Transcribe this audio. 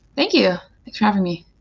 thank you. thanks for having me.